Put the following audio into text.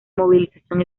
movilización